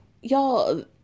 y'all